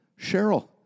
Cheryl